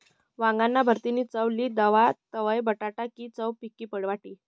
वांगाना भरीतनी चव ली दखा तवयं बटाटा नी चव फिकी वाटी